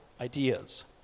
ideas